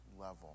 level